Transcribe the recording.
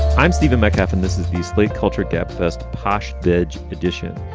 i'm stephen metcalf and this is the slate culture gabfest posch dej edition.